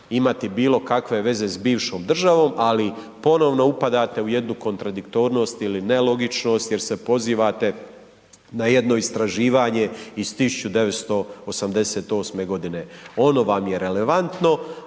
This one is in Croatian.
imati bilo kakve veze s bivšom državom, ali ponovno upadate u jednu kontradiktornost ili nelogičnost jer se pozivate na jedno istraživanje iz 1988. godine. Ono vam je relevantno,